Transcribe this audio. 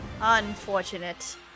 Unfortunate